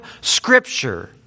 scripture